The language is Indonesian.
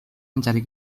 mencari